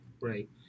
Right